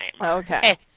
okay